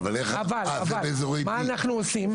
אבל מה אנחנו עושים?